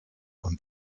und